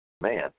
Man